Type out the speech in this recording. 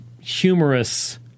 humorous